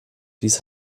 dies